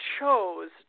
chose